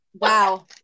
Wow